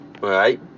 Right